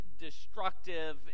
destructive